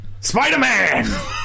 spider-man